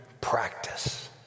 practice